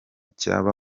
cyaba